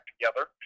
together